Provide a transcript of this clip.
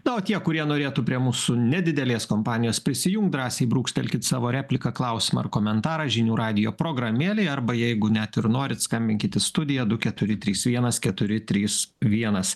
na o tie kurie norėtų prie mūsų nedidelės kompanijos prisijungt drąsiai brūkštelkit savo repliką klausimą ar komentarą žinių radijo programėlėje arba jeigu net ir norit skambinkit į studiją du keturi trys vienas keturi trys vienas